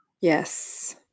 Yes